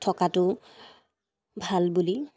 থকাটো ভাল বুলি